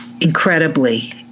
incredibly